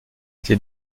ces